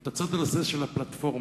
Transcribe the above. אל הצד הזה של הפלטפורמה.